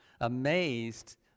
amazed